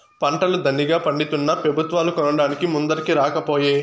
పంటలు దండిగా పండితున్నా పెబుత్వాలు కొనడానికి ముందరికి రాకపోయే